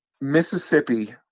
mississippi